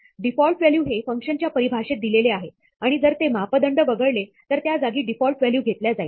default value हे फंक्शनच्या परिभाषेत दिलेले आहे आणि जर ते मापदंड वगळले तर त्या जागी डिफॉल्ट व्हॅल्यू घेतल्या जाईल